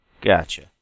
Gotcha